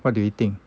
what do you think